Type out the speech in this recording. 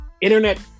Internet